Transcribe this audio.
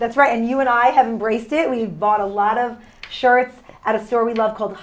that's right and you and i have embraced it we bought a lot of shirts at a store we love called